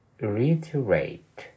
reiterate